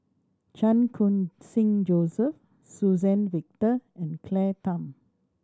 Chan Khun Sing Joseph Suzann Victor and Claire Tham